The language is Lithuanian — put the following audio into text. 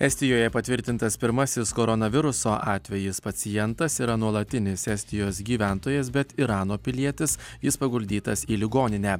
estijoje patvirtintas pirmasis koronaviruso atvejis pacientas yra nuolatinis estijos gyventojas bet irano pilietis jis paguldytas į ligoninę